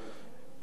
עבירות משמעת,